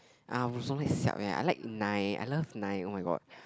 uh I like 奶 I love 奶 oh-my-god